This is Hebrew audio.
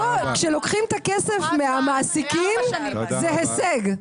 פה כשלוקחים את הכסף מהמעסיקים זה הישג.